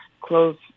close